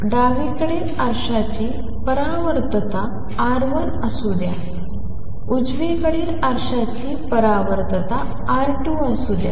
डावीकडील आरशाची परावर्तकता R1असू द्या उजवीकडील आरशाची परावर्तकता R2असू द्या